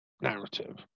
narrative